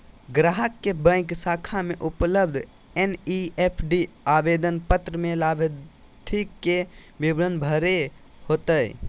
ग्राहक के बैंक शाखा में उपलब्ध एन.ई.एफ.टी आवेदन पत्र में लाभार्थी के विवरण भरे होतय